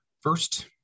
first